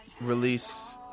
release